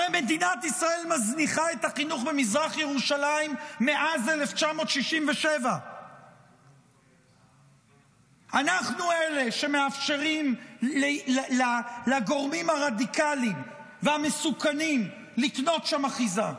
הרי מדינת ישראל מזניחה את החינוך במזרח ירושלים מאז 1967. אנחנו אלה שמאפשרים לגורמים הרדיקליים והמסוכנים לקנות שם אחיזה.